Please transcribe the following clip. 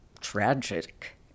tragic